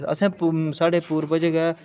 असें साढ़े पूर्वज गै